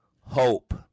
hope